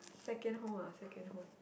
second home ah second home